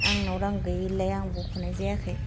आंनाव रां गैयिलाय आं बख'नाय जायाखै